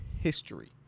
history